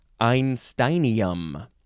einsteinium